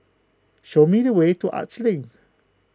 show me the way to Arts Link